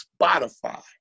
Spotify